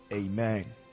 amen